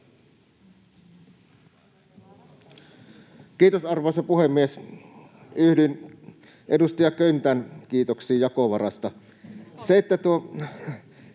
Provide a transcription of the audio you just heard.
Kiitos, arvoisa puhemies! Yhdyn edustaja Köntän kiitoksiin jakovarasta.